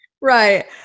Right